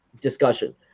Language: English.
discussion